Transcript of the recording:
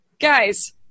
guys